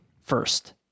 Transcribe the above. first